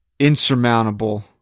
Insurmountable